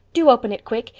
do open it quick.